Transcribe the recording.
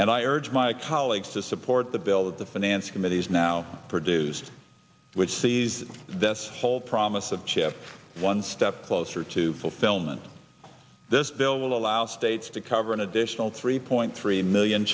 urge my colleagues to support the bill that the finance committee is now produced which sees this whole promise of shift one step closer to fulfillment this bill will allow states to cover an additional three point three million